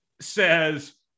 says